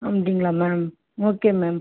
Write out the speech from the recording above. அப்படிங்களா ma'am okay ma'am